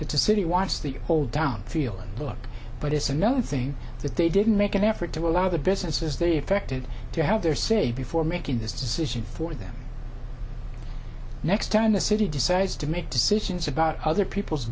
the city wants the hole down feel and look but it's another thing that they didn't make an effort to allow the businesses that are affected to have their say before making this decision for them next time the city decides to make decisions about other people's